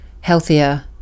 healthier